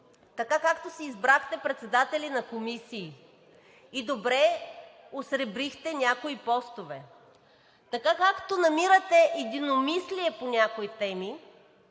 така както си избрахте председатели на комисии и добре осребрихте някои постове, така както намирате единомислие по някои теми,